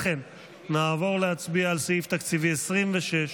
לכן נעבור להצביע על סעיף תקציבי 26,